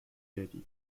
دادی